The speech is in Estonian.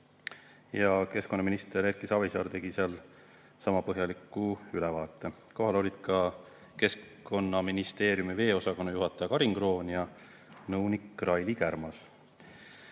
ja keskkonnaminister Erki Savisaar tegi seal sama põhjaliku ülevaate. Kohal olid ka Keskkonnaministeeriumi veeosakonna juhataja Karin Kroon ja nõunik Raili Kärmas. Need